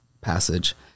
passage